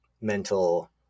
mental